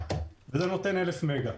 שנותן 1,000 מגה.